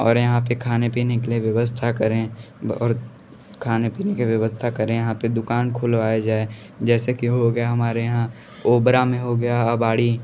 और यहाँ पर खाने पीने के लिए व्यवस्था करें और खाने पीने की व्यवस्था करें यहाँ पर दुकान खुलवाया जाए जैसे कि हो गया हमारे यहाँ ओबरा में हो गया अबाड़ी